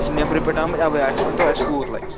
چھِ نیٚبرٕ پٮ۪ٹھ آمٕتۍ اَوے اَسہِ ؤنۍتو اَسہِ کوٗت لَگہِ